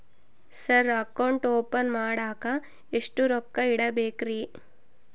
Sir account open ಮಾಡಾಕ ಎಷ್ಟು ರೊಕ್ಕ ಇಡಬೇಕ್ರಿ?